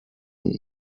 und